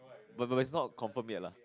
but but but it's not confirmed yet lah